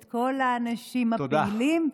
את כל האנשים הפעילים,